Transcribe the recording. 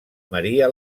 maria